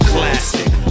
Classic